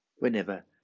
Whenever